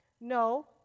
No